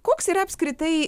koks yra apskritai